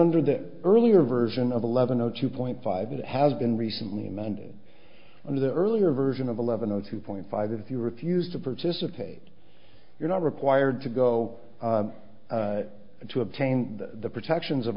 under the earlier version of eleven o two point five it has been recently amended under the earlier version of eleven those who point five if you refuse to participate you're not required to go to obtain the protections of